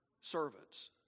servants